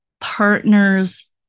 partner's